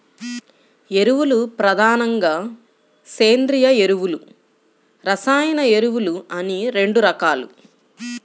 ఎరువులు ప్రధానంగా సేంద్రీయ ఎరువులు, రసాయన ఎరువులు అని రెండు రకాలు